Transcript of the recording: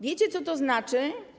Wiecie, co to znaczy?